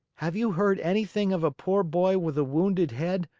have you heard anything of a poor boy with a wounded head,